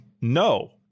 No